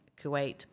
Kuwait